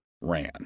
ran